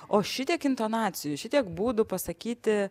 o šitiek intonacijų šitiek būdų pasakyti